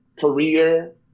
career